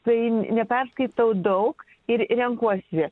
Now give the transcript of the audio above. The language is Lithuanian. tai n neperskaitau daug ir renkuosi